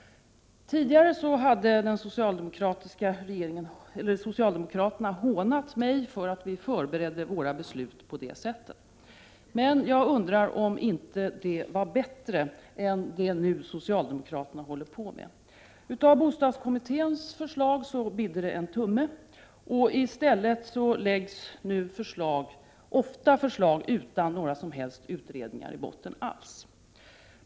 Socialdemokraterna hade tidigare hånat mig för att vi förberedde våra beslut på det sättet. Men jag undrar om inte detta var bättre än det som socialdemokraterna nu håller på med. Av bostadskommitténs förslag ”bidde det en tumme”. I stället läggs nu ofta förslag fram utan några som helst utredningar i botten.